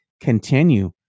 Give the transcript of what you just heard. continue